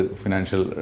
financial